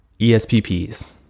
ESPPs